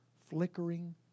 flickering